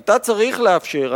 אתה צריך לאפשר,